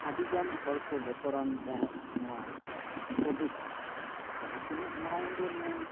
ᱟᱹᱰᱤ ᱜᱟᱱ ᱦᱚᱲ ᱠᱚ ᱵᱚᱛᱚᱨᱟᱱ ᱛᱟᱦᱮᱸᱫ ᱱᱚᱣᱟ ᱠᱳᱵᱷᱤᱰ ᱡᱟᱦᱟᱸ ᱛᱤᱱᱟᱹᱜ ᱢᱟᱨᱟᱝ ᱜᱮ ᱱᱚᱣᱟ